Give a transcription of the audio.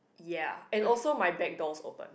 ya and also my back door's open